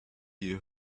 you